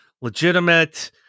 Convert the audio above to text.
legitimate